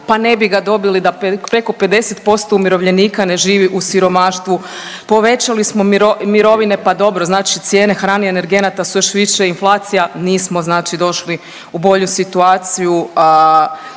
pa ne bi ga dobili da preko 50% umirovljenika ne živi u siromaštvu. Povećali smo mirovine, pa dobro, znači cijene hrane i energenata su još više, inflacija nismo znači došli u bolju situaciji